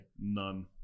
none